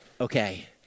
okay